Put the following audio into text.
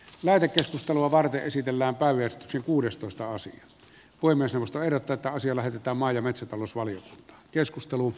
lähetekeskustelua varten esitellään pääviestiksi kuudestoista asian voi puhemiesneuvosto ehdottaa että asia lähetetään maa ja metsätalousvaliokuntaan